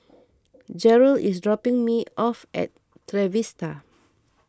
Jeryl is dropping me off at Trevista